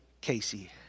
Casey